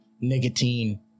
nicotine